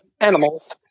animals